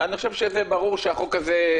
אני חושב שזה ברור שהחוק הזה,